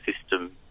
system